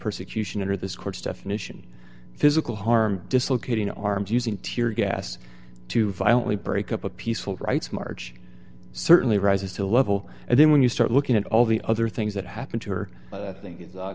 persecution under this court's definition physical harm dislocating arms using tear gas to violently break up a peaceful rights march certainly rises to the level and then when you start looking at all the other things that happened to her i thin